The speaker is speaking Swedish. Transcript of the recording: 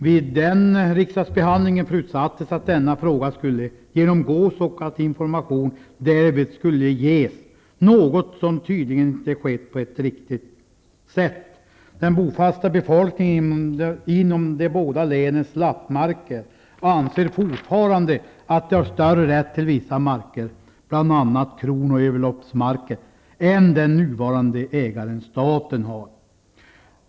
Vid den behandlingen förutsattes att denna fråga skulle genomgås och att information därvid skulle ges, något som tydligen inte har skett på ett riktigt sätt. Den bofasta befolkningen inom de båda länens lappmarker anser fortfarande att den har större rätt till vissa marker, bl.a. kron och överloppsmarker, än den nuvarande ägaren staten.